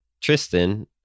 Tristan